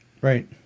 Right